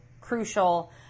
crucial